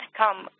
come